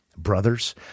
Brothers